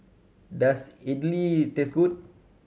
does Idili taste good